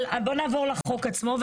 אבל בואו נעבור לחוק עצמו.